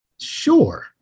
Sure